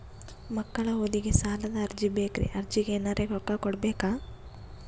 ಮಕ್ಕಳ ಓದಿಗಿ ಸಾಲದ ಅರ್ಜಿ ಬೇಕ್ರಿ ಅರ್ಜಿಗ ಎನರೆ ರೊಕ್ಕ ಕೊಡಬೇಕಾ?